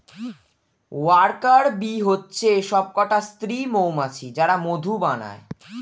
worker bee হচ্ছে সবকটা স্ত্রী মৌমাছি যারা মধু বানায়